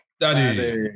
Daddy